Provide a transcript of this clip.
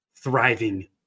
Thriving